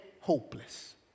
hopeless